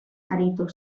aritu